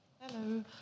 Hello